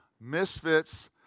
Misfits